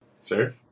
Sir